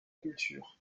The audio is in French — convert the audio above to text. culture